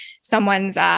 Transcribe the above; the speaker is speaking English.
someone's